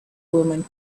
women